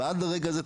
ועד הרגע הזה,